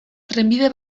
trenbide